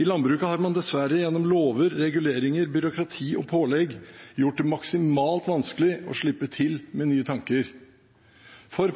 I landbruket har man dessverre gjennom lover, reguleringer, byråkrati og pålegg gjort det maksimalt vanskelig å slippe til med nye tanker, for